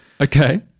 Okay